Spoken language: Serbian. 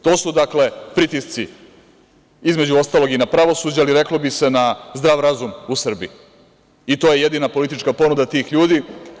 To su pritisci, između ostalog i na pravosuđe, ali bi se reklo i na zdrav razum u Srbiji i to je jedina politička ponuda tih ljudi.